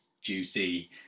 juicy